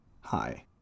Hi